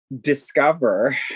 discover